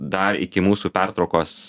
dar iki mūsų pertraukos